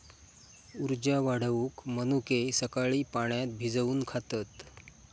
उर्जा वाढवूक मनुके सकाळी पाण्यात भिजवून खातत